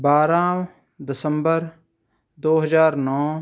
ਬਾਰ੍ਹਾਂ ਦਸੰਬਰ ਦੋ ਹਜ਼ਾਰ ਨੌਂ